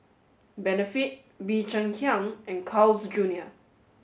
benefit Bee Cheng Hiang and Carl's Junior